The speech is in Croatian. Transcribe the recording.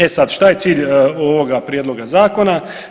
E sada, što je cilj ovoga Prijedloga zakona?